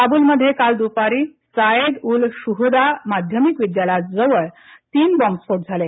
काबूलमध्ये काल दुपारी सायेद उल शुहदा माध्यमिक विद्यालयाजवळ तीन बॉंबस्फोट झाले